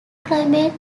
climate